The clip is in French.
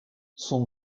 son